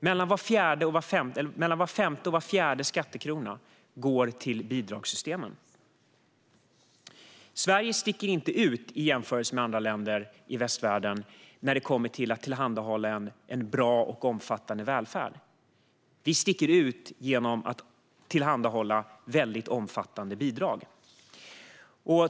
Mellan var femte och var fjärde skattekrona går till bidragssystemen. Sverige sticker inte ut i västvärlden när det kommer till att tillhandahålla en bra och omfattande välfärd. Vi sticker ut genom att tillhandahålla omfattande bidrag.